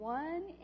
one